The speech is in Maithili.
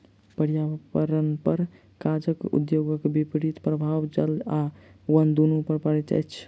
पर्यावरणपर कागज उद्योगक विपरीत प्रभाव जल आ बन दुनू पर पड़ैत अछि